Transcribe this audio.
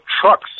trucks